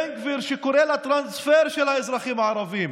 בן גביר, שקורא לטרנספר של האזרחים הערבים